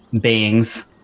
beings